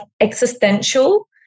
existential